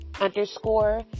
underscore